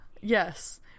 Yes